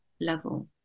level